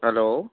hello